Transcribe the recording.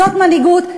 זו מנהיגות,